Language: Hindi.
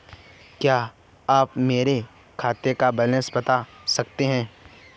क्या आप मेरे खाते का बैलेंस बता सकते हैं?